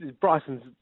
Bryson's